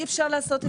אי אפשר לעשות את זה.